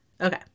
Okay